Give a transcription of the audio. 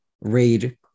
read